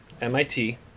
MIT